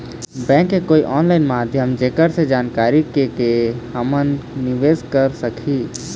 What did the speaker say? Bank के कोई online माध्यम जेकर से जानकारी के के हमन निवेस कर सकही?